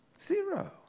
Zero